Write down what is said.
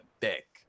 dick